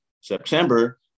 September